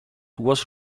was